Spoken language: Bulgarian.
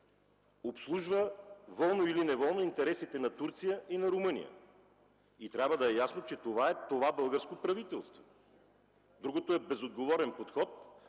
обслужва волно или неволно интересите на Турция и на Румъния. И трябва да е ясно, че това е това българско правителство. Другото е безотговорен подход.